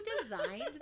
designed